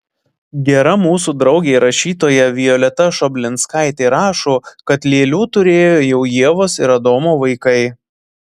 gera mūsų draugė rašytoja violeta šoblinskaitė rašo kad lėlių turėjo jau ievos ir adomo vaikai